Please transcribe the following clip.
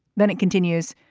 then it continues.